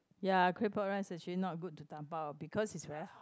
ya claypot rice actually not good to dabao because it's very hot